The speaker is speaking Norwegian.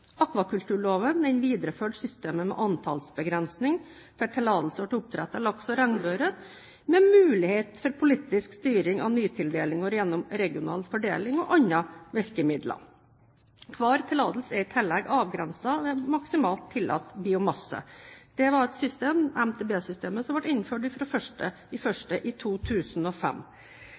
Akvakulturloven videreførte systemet med antallsbegrensing for tillatelser til oppdrett av laks og regnbueørret, med mulighet for politisk styring av nytildelinger gjennom regional fordeling og andre virkemidler. Hver tillatelse er i tillegg avgrenset ved maksimalt tillatt biomasse. Dette systemet – MTB-systemet – ble innført fra 1. januar 2005.